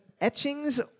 etchings